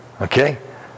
okay